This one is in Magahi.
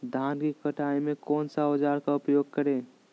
धान की कटाई में कौन सा औजार का उपयोग करे?